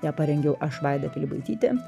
ją parengiau aš vaida pilibaitytė